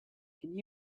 can